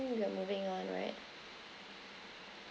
mean the moving one right